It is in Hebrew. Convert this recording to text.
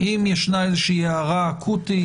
אם יש הערה אקוטית,